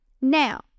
Now